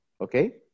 Okay